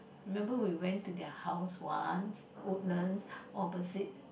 remember we went to their house once Woodlands opposite